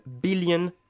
billion